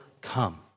come